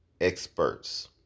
experts